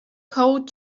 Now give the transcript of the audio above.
cold